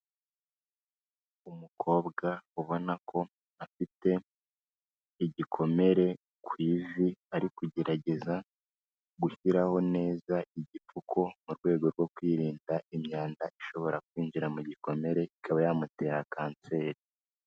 Umukobwa ubona ko afite igikomere ku ivi, ari kugerageza gushyiraho neza igipfuku mu rwego rwo kwirinda imyanda ishobora kwinjira mu gikomere, ikaba yamutera kanseri.